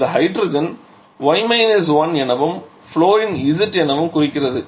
இந்த hydrogen y 1 எனவும் fluorine z எனவும் குறிக்கிறது